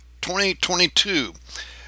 2022